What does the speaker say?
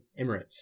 Emirates